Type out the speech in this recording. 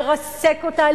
לרסק אותה,